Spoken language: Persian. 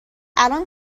الان